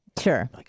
Sure